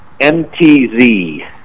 MTZ